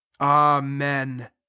amen